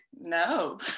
no